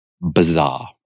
bizarre